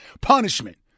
punishment